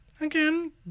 again